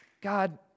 God